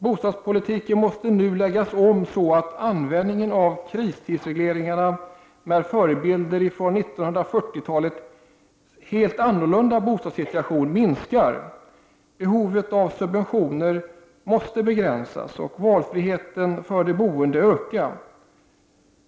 Bostadspolitiken måste nu läggas om så att användningen av kristidsregleringar — med förebilder i 1940-talets helt annorlunda bostadssituation — minskar, behovet av subventioner begränsas och valfriheten för de boende ökar.